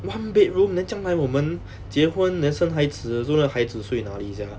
one bedroom then 将来我们结婚 then 生孩子的时候那个孩子睡哪里 sia